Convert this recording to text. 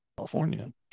California